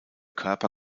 körper